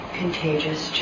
contagious